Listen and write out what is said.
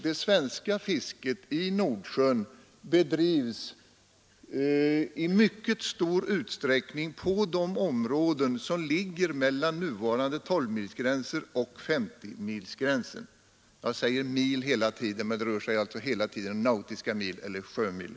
Det svenska fisket i Nordsjön bedrivs i mycket stor utsträckning på de områden som ligger mellan nuvarande 12-milsgränsen och 50-milsgränsen — det rör sig naturligtvis hela tiden om nautiska mil eller sjömil.